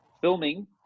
filming